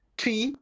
three